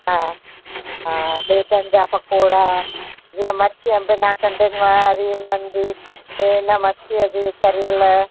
हा हा मीटनि जा पकौड़ा जीअं मच्छी आहे बिना कंडनि वारी इन्हनि जी ए हिन मच्छी जीअं तरियल